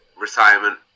retirement